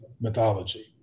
mythology